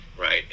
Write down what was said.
right